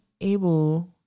able